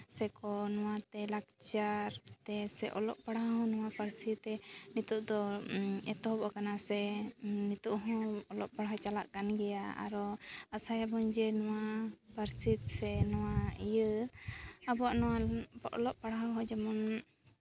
ᱥᱮᱠᱚ ᱱᱚᱣᱟᱛᱮ ᱞᱟᱠᱪᱟᱨ ᱛᱮ ᱥᱮ ᱚᱞᱚᱜ ᱯᱟᱲᱦᱟᱣ ᱦᱚᱸ ᱱᱚᱣᱟ ᱯᱟᱹᱨᱥᱤ ᱛᱮ ᱱᱤᱛᱚᱜ ᱫᱚ ᱮᱛᱚᱦᱚᱵ ᱠᱟᱱᱟ ᱥᱮ ᱱᱤᱛᱚᱜ ᱦᱚᱸ ᱚᱞᱚᱜ ᱯᱟᱲᱦᱟᱣ ᱪᱟᱞᱟᱜ ᱠᱱ ᱜᱮᱭᱟ ᱟᱨᱚ ᱟᱥᱟᱭᱟᱵᱚᱱ ᱡᱮ ᱱᱚᱣᱟ ᱯᱟᱹᱨᱥᱤ ᱥᱮ ᱱᱚᱣᱟ ᱤᱭᱟᱹ ᱟᱵᱚᱣᱟᱜ ᱱᱚᱣᱟ ᱚᱞᱚᱜ ᱯᱟᱲᱦᱟᱣ ᱦᱚᱸ ᱡᱮᱢᱚᱱ